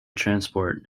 transport